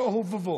תוהו ובוהו?